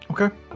Okay